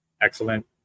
excellent